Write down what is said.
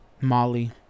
Molly